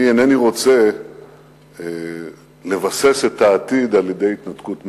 אני אינני רוצה לבסס את העתיד על התנתקות מהעבר.